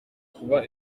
kuba